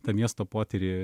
tą miesto potyrį